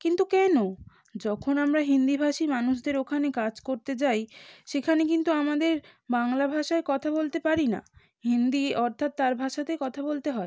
কিন্তু কেন যখন আমরা হিন্দিভাষী মানুষদের ওখানে কাজ করতে যাই সেখানে কিন্তু আমাদের বাংলা ভাষায় কথা বলতে পারি না হিন্দি অর্থাৎ তার ভাষাতে কথা বলতে হয়